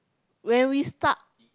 when we stuck